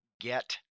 get